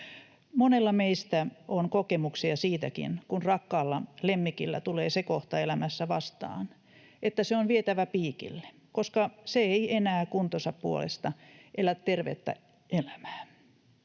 Monella meistä on kokemuksia siitäkin, kun rakkaalla lemmikillä tulee se kohta elämässä vastaan, että se on vietävä piikille, koska se ei enää kuntonsa puolesta elä tervettä elämää.